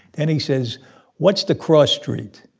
and he says what's the cross street?